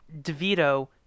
DeVito